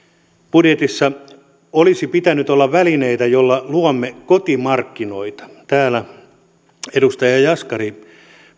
budjetissa olisi pitänyt olla välineitä joilla luomme kotimarkkinoita täällä edustaja jaskari